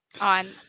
on